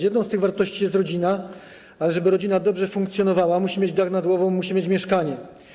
Jedną z tych wartości jest rodzina, ale żeby rodzina dobrze funkcjonowała, musi mieć dach nad głową, musi mieć mieszkanie.